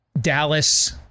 Dallas